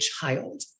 child